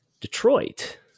Detroit